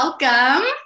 Welcome